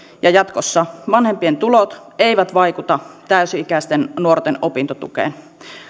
ja jatkossa vanhempien tulot eivät vaikuta täysi ikäisten nuorten opintotukeen